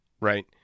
Right